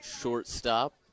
shortstop